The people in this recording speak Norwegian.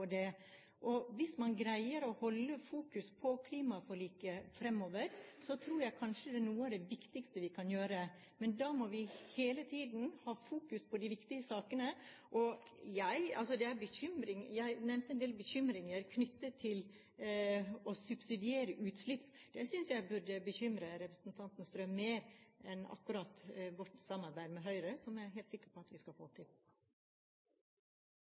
på det. Hvis man greier å holde fokus på klimaforliket fremover, tror jeg kanskje det er noe av det viktigste vi kan gjøre. Men da må vi hele tiden ha fokus på de viktige sakene. Jeg nevnte en del bekymringer knyttet til å subsidiere utslipp. Det synes jeg burde bekymre representanten Strøm mer enn akkurat vårt samarbeid med Høyre, som jeg er helt sikker på at vi skal få til.